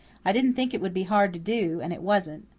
i didn't think it would be hard to do and it wasn't.